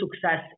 success